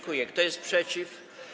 Kto jest przeciw?